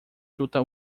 chuta